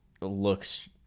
looks